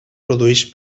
produeix